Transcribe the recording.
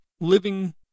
living